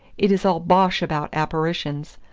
it is all bosh about apparitions.